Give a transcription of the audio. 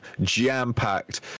jam-packed